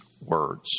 words